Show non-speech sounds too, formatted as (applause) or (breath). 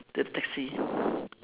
the taxi (breath)